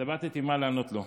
התלבטתי מה לענות לו.